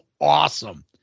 awesome